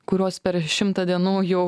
kuriuos per šimtą dienų jau